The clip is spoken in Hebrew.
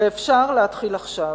ואפשר להתחיל עכשיו.